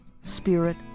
spirit